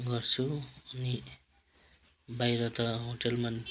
गर्छु अनि बाहिर त होटेलमा